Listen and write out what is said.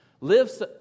Live